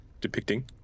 depicting